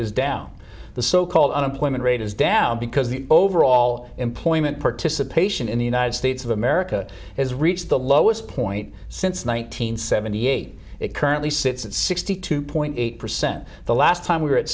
down the so called unemployment rate is down because the overall employment participation in the united states of america has reached the lowest point since one thousand nine hundred seventy eight it currently sits at sixty two point eight percent the last time we were at